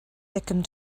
second